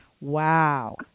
Wow